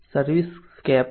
servicescape છે